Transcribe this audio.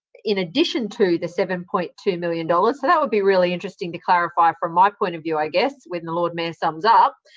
in addition to the seven point two million dollars, so that would be really interesting to clarify from my point of view, i guess, when the lord mayor sums up.